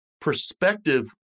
perspective